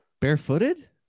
Barefooted